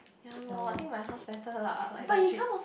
ya lor I think my house better lah like legit